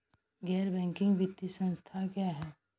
गैर बैंकिंग वित्तीय संस्था क्या है?